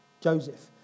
Joseph